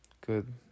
good